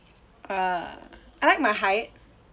uh I like my height